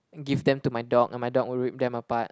and give them to my dog and my dog will rip them apart